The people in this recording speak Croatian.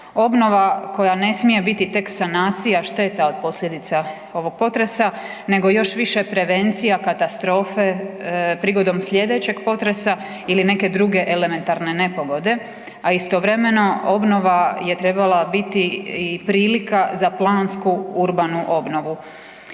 obnova koja ne smije biti tek sanacija šteta od posljedica ovog potresa nego još više prevencija katastrofe prigodom sljedećeg potresa ili neke druge elementarne nepogode, a istovremeno obnova je trebala biti i prilika za plansku urbanu obnovu.